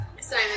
Simon